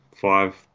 five